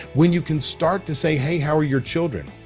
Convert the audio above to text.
when you can start to say, hey, how are your children?